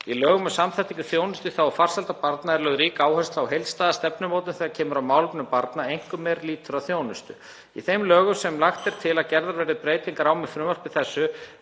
Í lögum um samþættingu þjónustu í þágu farsældar barna er lögð rík áhersla á heildstæða stefnumótun þegar kemur að málefnum barna, einkum er lýtur að þjónustu. Í þeim lögum sem lagt er til að gerðar verði breytingar á með frumvarpi þessu